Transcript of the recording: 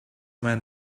man